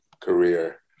career